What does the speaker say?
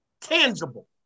tangible